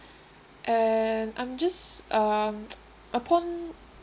and I'm just uh upon